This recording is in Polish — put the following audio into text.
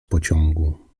pociągu